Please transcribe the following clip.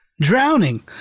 Drowning